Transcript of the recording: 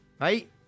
right